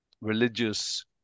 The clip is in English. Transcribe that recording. religious